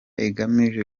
igamije